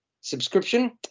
subscription